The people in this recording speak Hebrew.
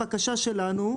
הבקשה שלנו,